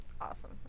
Awesome